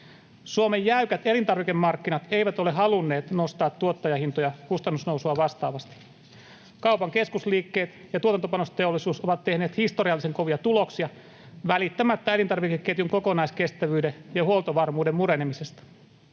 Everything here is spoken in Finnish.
Suomen jäykät elintarvikemarkkinat eivät ole halunneet nostaa tuottajahintoja kustannusnousua vastaavasti. Kaupan keskusliikkeet ja tuotantopanosteollisuus ovat tehneet historiallisen kovia tuloksia, välittämättä elintarvikeketjun kokonaiskestävyyden ja huoltovarmuuden murenemisesta.